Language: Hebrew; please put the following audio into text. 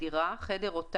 "דירה" חדר או תא,